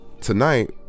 Tonight